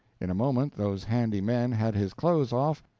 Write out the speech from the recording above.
in a moment those handy men had his clothes off,